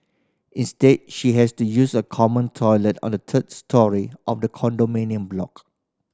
instead she had to use a common toilet on the third storey of the condominium block